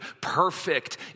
perfect